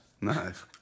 Nice